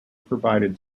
provided